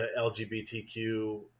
lgbtq